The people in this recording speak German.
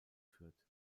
führt